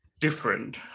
different